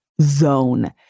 .zone